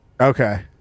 okay